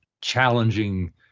challenging